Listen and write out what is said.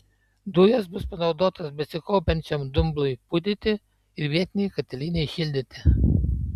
dujos bus panaudotos besikaupiančiam dumblui pūdyti ir vietinei katilinei šildyti